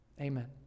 Amen